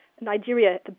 Nigeria